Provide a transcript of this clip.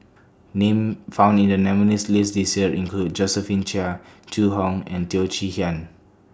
Names found in The nominees' list This Year include Josephine Chia Zhu Hong and Teo Chee Hean